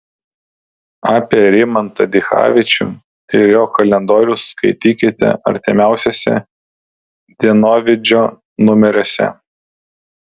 apie rimantą dichavičių ir jo kalendorius skaitykite artimiausiuose dienovidžio numeriuose